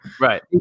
Right